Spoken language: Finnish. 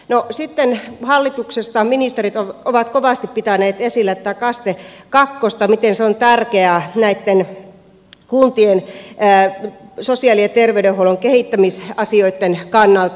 no sitten hallituksesta ministerit ovat kovasti pitäneet esillä tätä kaste kakkosta miten se on tärkeä näitten kuntien sosiaali ja terveydenhuollon kehittämisasioitten kannalta